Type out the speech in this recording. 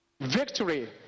victory